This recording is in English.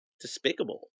despicable